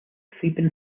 theban